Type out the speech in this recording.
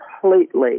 completely